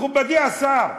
מכובדי השר: